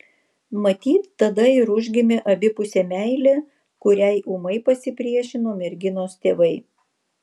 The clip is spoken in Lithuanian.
matyt tada ir užgimė abipusė meilė kuriai ūmai pasipriešino merginos tėvai